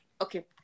Okay